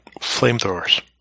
flamethrowers